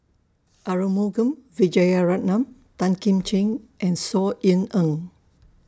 Arumugam Vijiaratnam Tan Kim Ching and Saw Ean Ang